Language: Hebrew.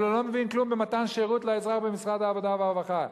אבל הוא לא מבין כלום במתן שירות לאזרח במשרד העבודה והרווחה,